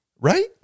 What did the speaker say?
right